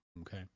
Okay